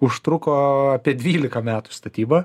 užtruko apie dvylika metų statyba